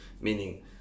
Meaning